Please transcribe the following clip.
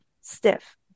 stiff